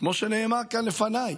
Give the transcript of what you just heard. כמו שנאמר כאן לפני,